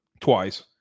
twice